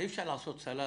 אי אפשר לעשות סלט